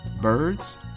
birds